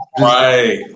right